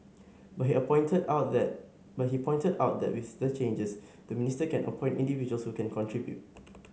but he appointed out that but he pointed out that with the changes the minister can appoint individuals who can contribute